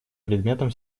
предметом